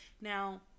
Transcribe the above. Now